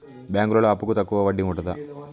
బ్యాంకులలో అప్పుకు తక్కువ వడ్డీ ఉంటదా?